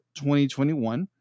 2021